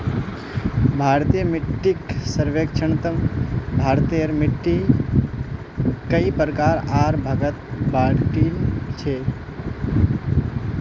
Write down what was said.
भारतीय मिट्टीक सर्वेक्षणत भारतेर मिट्टिक कई प्रकार आर भागत बांटील छे